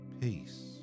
Peace